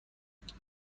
است